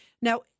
now